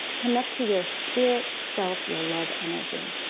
connect to your spirit self your love energy.